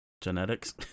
Genetics